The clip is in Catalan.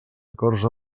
acords